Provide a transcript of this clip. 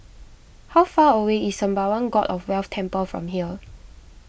how far away is Sembawang God of Wealth Temple from here